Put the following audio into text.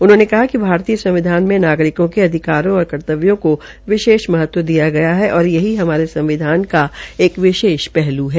उन्होंने कहा कि भारतीय संविधान में नागरिकों के अधिकारों और कर्तव्यों को विशेष महत्व दिया गया है और यहीं हमारे संविधान का एक विशेष पहलू है